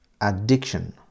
Addiction